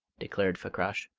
declared fakrash.